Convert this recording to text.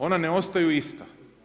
Ona ne ostaju ista.